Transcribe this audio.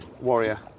Warrior